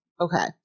Okay